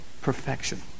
perfection